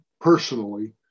personally